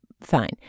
Fine